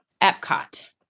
Epcot